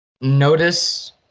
notice